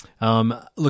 Look